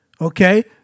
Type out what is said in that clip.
Okay